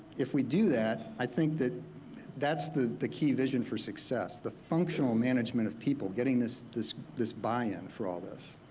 if we do that, i think that that's the the key vision for success the functional management of people, getting this this buy in for all this.